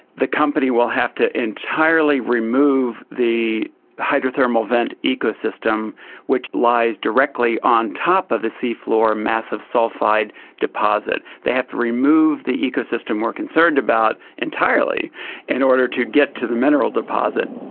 the company will have to entirely remove the hydrothermal vent ecosystem which lies directly on top of the seafloor massive sulphide deposit. they have to move the ecosystem we're concerned about entirely in order to get to the mineral deposit.